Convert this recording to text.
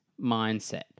mindset